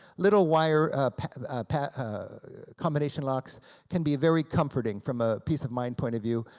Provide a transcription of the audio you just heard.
little wire pack pack combination locks can be very comforting from a peace of mind point of view.